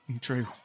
True